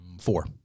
four